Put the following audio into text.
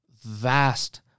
vast